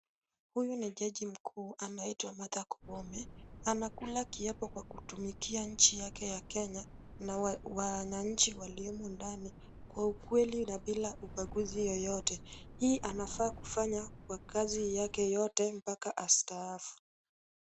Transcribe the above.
Huyu ni jaji mkuu anaitwa Martha Koome. Anakula kiapo kwa kutumikia nchi yake ya Kenya na wananchi waliomo ndani, kwa ukweli na bila ubaguzi yoyote. Hii anafaa kufanya kwa kazi yake yote mpaka astaafu.